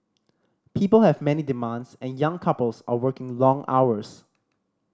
people have many demands and young couples are working long hours